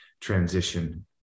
transition